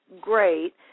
great